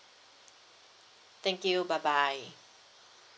thank you bye bye